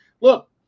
Look